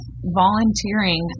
volunteering